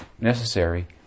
Necessary